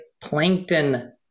plankton